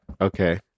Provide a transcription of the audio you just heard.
okay